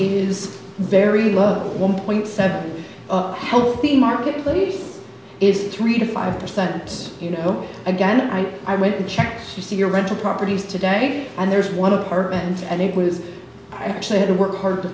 is very low one point seven healthy marketplace is three to five percent you know again i i went to check to see your rental properties today and there's one of our aunts and it was i actually had to work hard to